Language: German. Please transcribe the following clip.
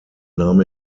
nahm